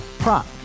Prop